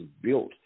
built